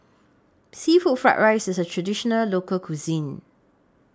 Seafood Fried Rice IS A Traditional Local Cuisine